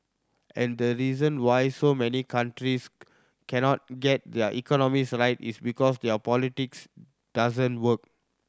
and the reason why so many countries cannot get their economies right it's because their politics doesn't work